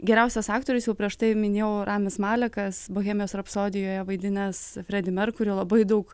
geriausias aktorius jau prieš tai minėjau ramis malekas bohemijos rapsodijoje vaidinęs fredį merkurį labai daug